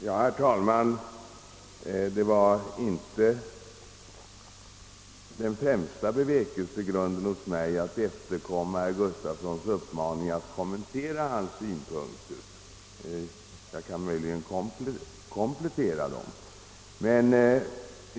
Herr talman! Den främsta bevekelsegrunden för mitt inlägg är inte att efterkomma herr Gustafsons i Göteborg uppmaning att kommentera hans synpunkter — möjligen kan jag komplettera dem.